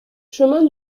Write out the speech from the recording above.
chemin